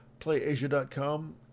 Playasia.com